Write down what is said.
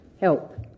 help